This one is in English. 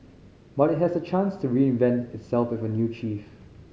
but it has a chance to reinvent itself with a new chief